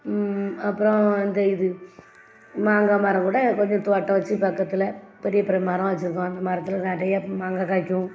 அப்புறம் அந்த இது மாங்காய் மரம் கூட கொஞ்சம் தோட்டம் வச்சு பக்கத்தில் பெரிய பெரிய மரம் வச்சுருக்கோம் அந்த மரத்தில் நிறைய மாங்காய் காய்க்கும்